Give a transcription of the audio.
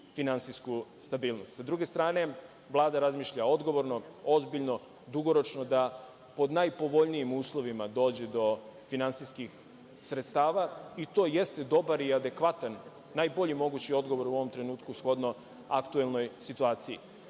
finansijsku stabilnost Srbije. Sa druge strane, Vlada razmišlja odgovorno, ozbiljno, dugoročno da pod najpovoljnijim uslovima dođe do finansijskih sredstava, i to jeste dobar i adekvatan, najbolji mogući odgovor u ovom trenutku, shodno aktuelnoj situaciji. Ovo